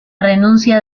renuncia